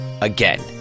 again